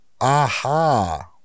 Aha